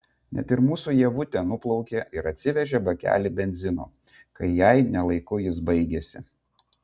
net ir mūsų ievutė nuplaukė ir atsivežė bakelį benzino kai jai ne laiku jis baigėsi